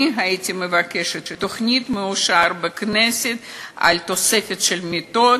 אני הייתי מבקשת תוכנית מאושרת בכנסת על תוספת של מיטות.